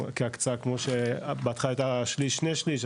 כהקצאה כמו שבהתחלה הייתה שליש/שני שליש,